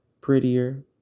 prettier